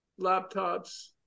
laptops